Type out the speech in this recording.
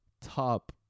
top